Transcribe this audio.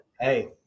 Hey